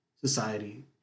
society